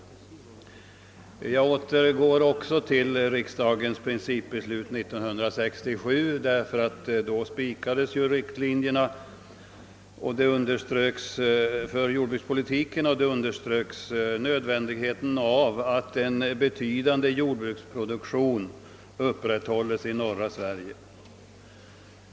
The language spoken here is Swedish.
Även jag återgår till riksdagens principbeslut år 1967, då riktlinjerna för jordbrukspolitiken fastställdes. Därvid underströks nödvändigheten av att en betydande jordbruksproduktion upprätthålles i norra Sverige.